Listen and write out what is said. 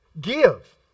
give